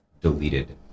deleted